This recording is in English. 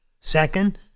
Second